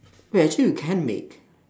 wait actually you can make